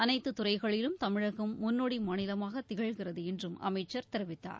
அனைத்துத் துறைகளிலும் தமிழகம் முன்னோடி மாநிலமாக திகழ்கிறது என்றும் அமைச்சர் தெரிவித்தார்